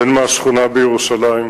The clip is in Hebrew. הן מהשכונה בירושלים,